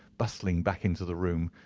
bustling back into the room,